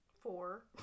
Four